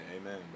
Amen